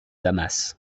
damas